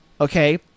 Okay